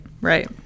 right